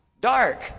dark